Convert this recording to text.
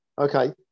Okay